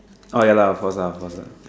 oh ya lah of course of course lah